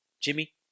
Jimmy